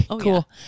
cool